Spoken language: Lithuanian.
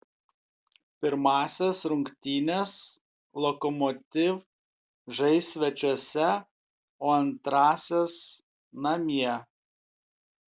pirmąsias rungtynes lokomotiv žais svečiuose o antrąsias namie